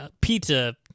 pizza